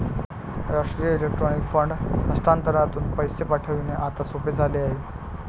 राष्ट्रीय electronic fund हस्तांतरणातून पैसे पाठविणे आता सोपे झाले आहे